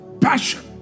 passion